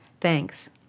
Thanks